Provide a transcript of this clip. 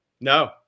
No